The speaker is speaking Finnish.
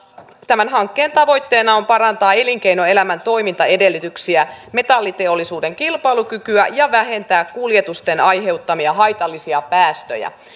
tämän hankkeen tavoitteena on parantaa elinkeinoelämän toimintaedellytyksiä metalliteollisuuden kilpailukykyä ja vähentää kuljetusten aiheuttamia haitallisia päästöjä